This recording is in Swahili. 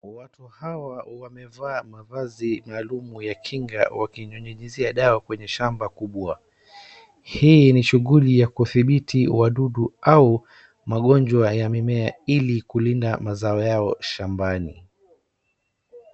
Watu hawa wamevaa mavazi na lemu ya kinga wakinyunyuzia dawa kwenye shamba kubwa. Hii ni shughuli ya kuthibiti wadudu au magonjwa ya mimea ili kulinda mazao yao shambani.